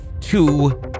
two